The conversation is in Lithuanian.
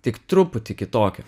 tik truputį kitokio